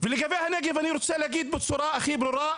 ולגבי הנגב אני רוצה להגיד בצורה הכי ברורה,